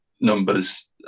numbers